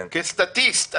כסטטיסט.